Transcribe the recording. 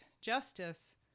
justice